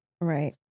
Right